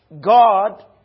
God